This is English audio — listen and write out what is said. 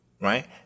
right